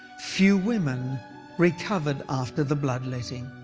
few women recovered after the blood letting.